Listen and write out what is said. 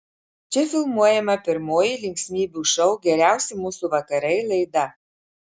čia filmuojama pirmoji linksmybių šou geriausi mūsų vakarai laida